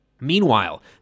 Meanwhile